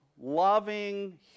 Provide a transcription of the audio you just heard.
loving